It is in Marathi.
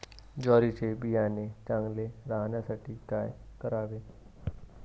ज्वारीचे बियाणे चांगले राहण्यासाठी काय करावे?